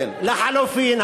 לחלופין,